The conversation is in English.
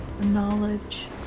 knowledge